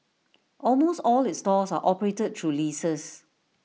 almost all its stores are operated through leases